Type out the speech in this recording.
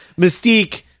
Mystique